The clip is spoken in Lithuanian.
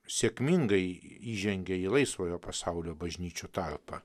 sėkmingai įžengė į laisvojo pasaulio bažnyčių tarpą